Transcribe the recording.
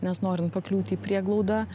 nes norint pakliūt į prieglaudą